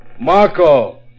Marco